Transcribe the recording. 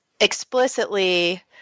explicitly